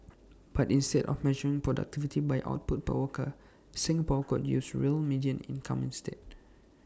but instead of measuring productivity by output per worker Singapore could use real median income instead